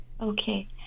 okay